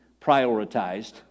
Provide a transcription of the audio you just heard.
prioritized